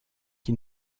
qui